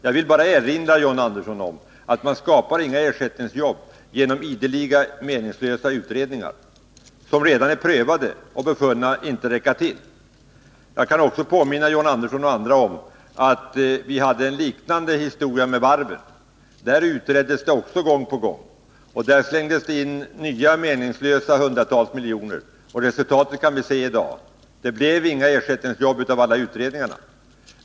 Jag vill bara erinra John Andersson om att man inte skapar några ersättningsjobb genom ideliga meningslösa utredningar om sådant som redan är prövat och befunnet inte räcka till. Jag kan också påminna John Andersson och andra om att vi hade en liknande historia med varven. I den frågan utreddes det också gång på gång, och det slängdes in nya, meningslösa hundratals miljoner. Resultatet kan vi se i dag: det blev inga ersättningsjobb av alla utredningar.